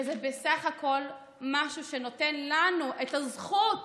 וזה בסך הכול משהו שנותן לנו את הזכות